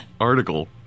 article